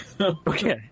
Okay